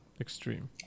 extreme